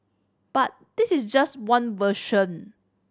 but this is just one version